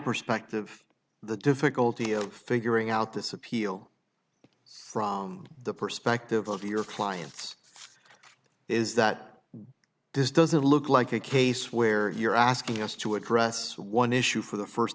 perspective the difficulty of figuring out this appeal from the perspective of your clients is that this doesn't look like a case where you're asking us to address one issue for the first